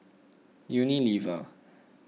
Unilever